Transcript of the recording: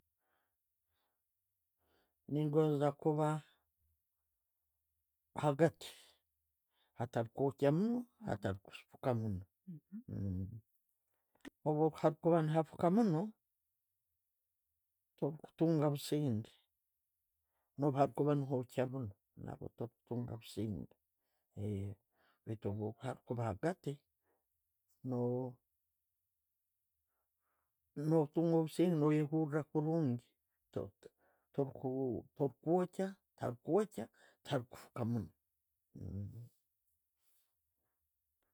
Ningoza kuba hagati, hatali kwokya munno, hatali fuuka munno. Hakuba nafuuka muuno, tokutunga businge, bwakuba nayookya munno, tokutunga obusinge, baitu bwokuba hagati, no, no wehurakurungi, tokwokya, takwokya, talikuffuuka muuno.